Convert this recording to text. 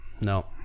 no